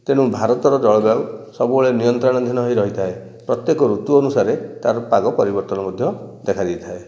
ତେଣୁ ଭାରତର ଜଳବାୟୁ ସବୁବେଳେ ନିୟନ୍ତ୍ରଣାଧୀନ ହୋଇ ରହିଥାଏ ପ୍ରତ୍ୟକ ଋତୁ ଅନୁସାରେ ତା'ର ପାଗ ପରିବର୍ତ୍ତନ ମଧ୍ୟ ଦେଖା ଦେଇଥାଏ